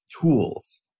tools